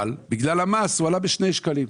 אבל בגלל המס הוא עלה בשני שקלים.